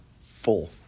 full